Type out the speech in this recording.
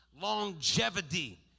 longevity